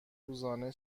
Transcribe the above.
روزانه